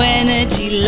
energy